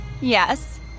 Yes